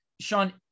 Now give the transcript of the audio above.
Sean